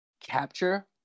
capture